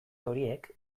horiek